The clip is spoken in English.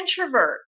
introvert